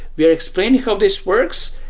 we are explaining how this works.